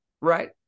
right